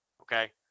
Okay